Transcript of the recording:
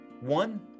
One